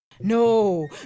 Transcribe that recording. No